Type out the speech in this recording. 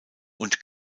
und